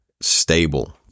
stable